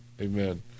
Amen